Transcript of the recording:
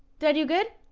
did i do good?